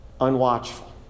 unwatchful